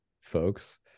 folks